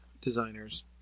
designers